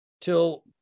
till